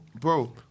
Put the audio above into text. Bro